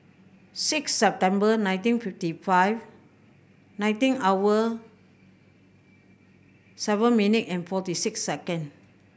six September nineteen fifty five nineteen hour seven minute and forty six second